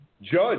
Judge